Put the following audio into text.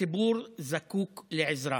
הציבור זקוק לעזרה.